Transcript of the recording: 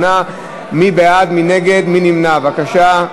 לוועדת הכנסת נתקבלה.